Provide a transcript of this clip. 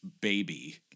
baby